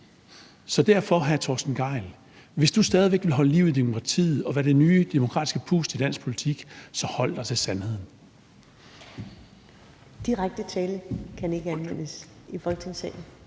Så derfor, hr. Torsten Gejl, hvis du stadig væk vil holde liv i demokratiet og være det nye demokratiske pust i dansk politik, så hold dig til sandheden. Kl. 20:41 Første næstformand (Karen